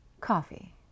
coffee